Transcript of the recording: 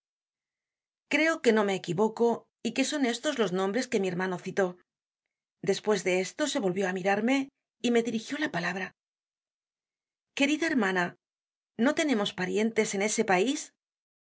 creo que no me equivoco y que son estos los nombres que mi hermano citó despues de esto se volvió á mirarme y me dirigió la palabra querida hermana no tenemos parientes en ese país